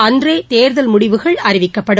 அன்றே தேர்தல் முடிவுகள் அறிவிக்கப்படும்